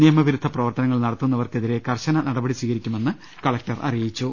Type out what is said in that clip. നിയമവിരുദ്ധ പ്രവർത്തനങ്ങൾ നടത്തുന്നവർക്കെ തിരെ കർശന നടപടി സ്വീകരിക്കുമെന്ന് കലക്ടർ അറിയിച്ചു